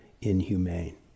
inhumane